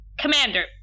Commander